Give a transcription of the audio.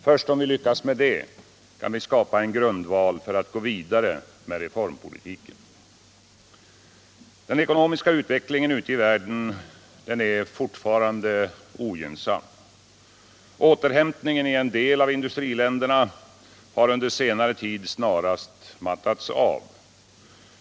Först om vi lyckas med det kan vi skapa en grundval för att gå vidare med reformpolitiken. Den ekonomiska utvecklingen ute i världen är fortfarande ogynnsam. Återhämtningen i en del av industriländerna har under senare tid snarast mattats av.